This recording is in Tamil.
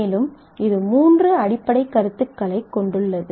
மேலும் இது 3 அடிப்படை கருத்துகளைக் கொண்டுள்ளது